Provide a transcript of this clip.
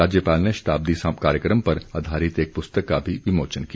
राज्यपाल ने शताब्दी कार्यक्रम पर आधारित एक पुस्तक का भी विमोचन किया